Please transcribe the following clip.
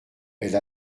elle